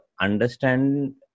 understand